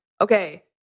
okay